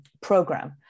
program